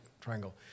triangle